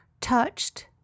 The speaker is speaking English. touched